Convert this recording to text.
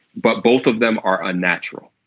but both of them are unnatural.